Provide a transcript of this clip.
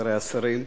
חברי השרים,